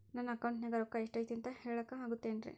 ನನ್ನ ಅಕೌಂಟಿನ್ಯಾಗ ರೊಕ್ಕ ಎಷ್ಟು ಐತಿ ಅಂತ ಹೇಳಕ ಆಗುತ್ತೆನ್ರಿ?